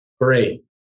Great